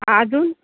अजून